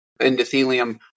endothelium